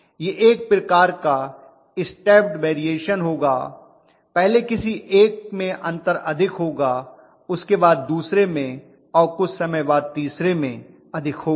यह एक प्रकार का स्टेप्ड वेरीएशन होगा पहले किसी एक में अंतर अधिक होगा उसके बाद दुसरे में और कुछ समय बाद तीसरे में अधिक होगा